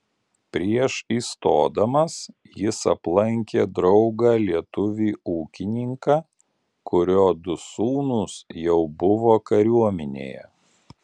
prieš įstodamas jis aplankė draugą lietuvį ūkininką kurio du sūnūs jau buvo kariuomenėje